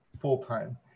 full-time